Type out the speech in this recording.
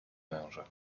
męża